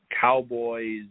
Cowboys